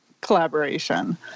collaboration